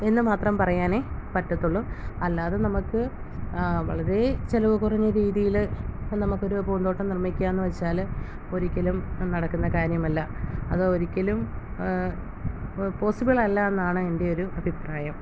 എന്നു മാത്രം പറയാനേ പറ്റത്തുള്ളു അല്ലാതെ നമുക്ക് വളരേ ചിലവു കുറഞ്ഞ രീതിയിൽ നമുക്കൊരു പൂന്തോട്ടം നിർമ്മിക്കാമെന്ന് വച്ചാൽ ഒരിക്കലും നടക്കുന്ന കാര്യമല്ല അതൊരിക്കലും പോസിബിൾ അല്ല എന്നാണ് എൻ്റെ ഒരു അഭിപ്രായം